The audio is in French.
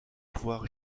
pouvoir